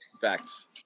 Facts